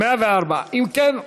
104. אם כן,